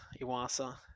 Iwasa